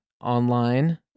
online